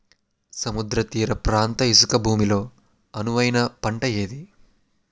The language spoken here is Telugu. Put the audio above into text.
సముద్ర తీర ప్రాంత ఇసుక భూమి లో అనువైన పంట ఏది?